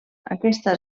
aquesta